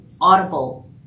Audible